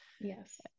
yes